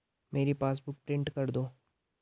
मेरी passbook print कर दो